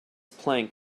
plank